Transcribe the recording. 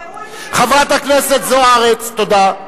תסגרו את, חברת הכנסת זוארץ, תודה.